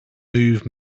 move